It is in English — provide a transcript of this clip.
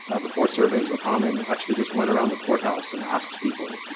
before surveys were common, actually just went around the courthouse and asked people,